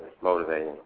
motivating